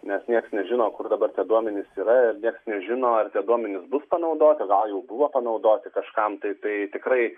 nes nieks nežino kur dabar tie duomenys yra ir niek nežino ar tie duomenys bus panaudoti gal jau buvo panaudoti kažkam tai tai tikrai